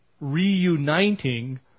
reuniting